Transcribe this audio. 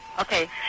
Okay